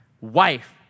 wife